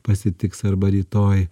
pasitiks arba rytoj